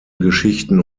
geschichten